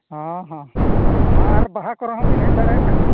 ᱦᱮᱸ ᱦᱮᱸ ᱦᱮᱸ ᱟᱨ ᱵᱟᱦᱟ ᱠᱚᱨᱮ ᱦᱚᱸᱵᱤᱱ ᱦᱮᱡ ᱫᱟᱲᱮᱭᱟᱜ ᱠᱷᱟᱱ